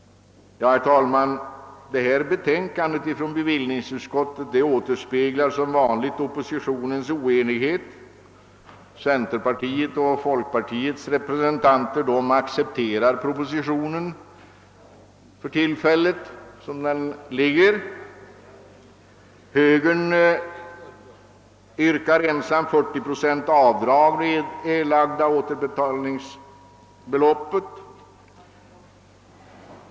Bevillningsutskottets betänkande återspeglar oppositionens vanliga oenighet. Centerpartiets och folkpartiets representanter accepterar propositionen sådan den är, medan högern ensam yrkar på ett 40-procentigt avdrag för erlagda återbetalningsbelopp.